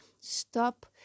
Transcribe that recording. Stop